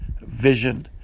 vision